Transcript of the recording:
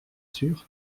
sûr